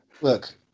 Look